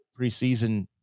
preseason